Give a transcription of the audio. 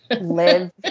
live